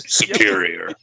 superior